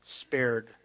spared